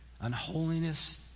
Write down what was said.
unholiness